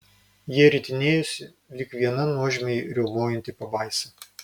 jie ritinėjosi lyg viena nuožmiai riaumojanti pabaisa